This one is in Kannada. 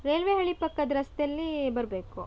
ರೈಲ್ವೆ ಹಳಿ ಪಕ್ಕದ ರಸ್ತೆಯಲ್ಲಿ ಬರಬೇಕು